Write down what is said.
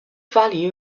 value